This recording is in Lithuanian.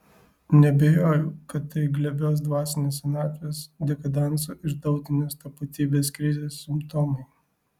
neabejoju kad tai glebios dvasinės senatvės dekadanso ir tautinės tapatybės krizės simptomai